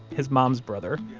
his mom's brother,